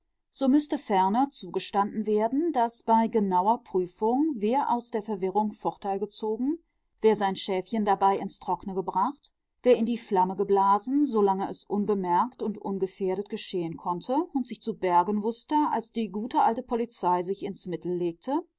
so müßte ferner zugestanden werden daß bei genauer prüfung wer aus der verwirrung vorteil gezogen wer sein schäfchen dabei ins trockne gebracht wer in die flamme geblasen solange es unbemerkt und ungefährdet geschehen konnte und sich zu bergen wußte als die gute alte polizei sich ins mittel legte